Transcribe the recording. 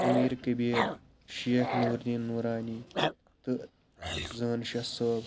امیٖر کبیٖر شیخ نور الدیٖن نورانی تہٕ زٲنہٕ شاہ صٲب